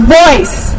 voice